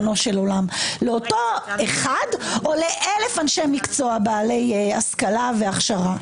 לאותו אחד או לאלף אנשי מקצוע בעלי השכלה והכשרה?